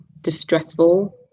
distressful